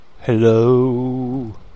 Hello